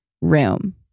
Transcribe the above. room